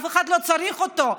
אף אחד לא צריך אותו,